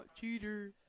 Cheater